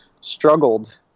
struggled